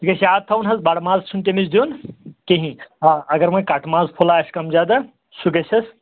یہِ گژھِ یاد تھاوُن حظ بَڑٕ ماز چھُنہٕ تٔمِس دیُٚن کِہیٖنۍ آ اگر وۄنۍ کَٹہٕ ماز پھوٚلَہ آسہِ کَم زیادہ سُہ گژھٮ۪س